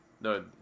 no